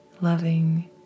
loving